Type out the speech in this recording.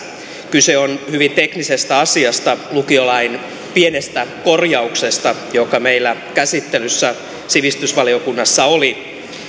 kyse on hyvin teknisestä asiasta lukiolain pienestä korjauksesta joka meillä käsittelyssä sivistysvaliokunnassa oli